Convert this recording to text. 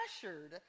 pressured